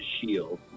shield